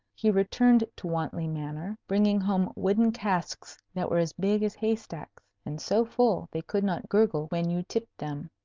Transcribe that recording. he returned to wantley manor, bringing home wooden casks that were as big as hay-stacks, and so full they could not gurgle when you tipped them.